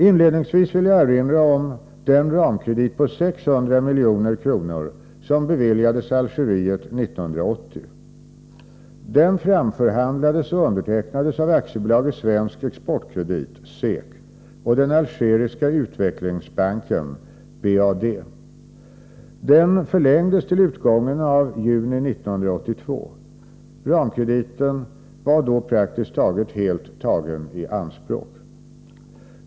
Inledningsvis vill jag erinra om den ramkredit på 600 milj.kr. som beviljades Algeriet 1980. Denna framförhandlades och undertecknades av AB Svensk Exportkredit och den Algeriska utvecklingsbanken . Den förlängdes till utgången av juni 1982. Ramkrediten var då praktiskt taget helt tagen i anspråk.